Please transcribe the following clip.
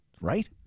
right